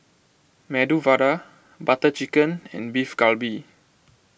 Medu Vada Butter Chicken and Beef Galbi